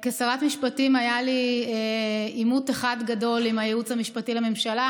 כשרת משפטים היה לי עימות אחד גדול עם הייעוץ המשפטי לממשלה,